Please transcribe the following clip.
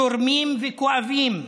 צורמים וכואבים,